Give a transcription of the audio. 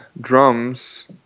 drums